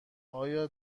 آیا